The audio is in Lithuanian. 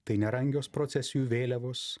tai nerangios procesijų vėliavos